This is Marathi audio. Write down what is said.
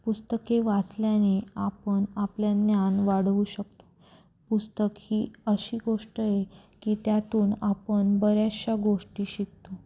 पुस्तके वाचल्याने आपण आपल्या ज्ञान वाढवू शकतो पुस्तक ही अशी गोष्ट आहे की त्यातून आपण बऱ्याचशा गोष्टी शिकतो